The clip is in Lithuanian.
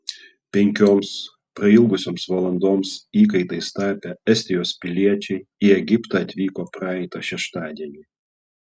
penkioms prailgusioms valandoms įkaitais tapę estijos piliečiai į egiptą atvyko praeitą šeštadienį